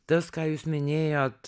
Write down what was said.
tas ką jūs minėjot